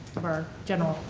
of our general